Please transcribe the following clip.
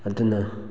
ꯑꯗꯨꯅ